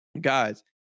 guys